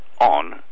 on